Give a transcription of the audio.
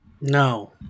No